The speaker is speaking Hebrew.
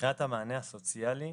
מבחינת המענה הסוציאלי,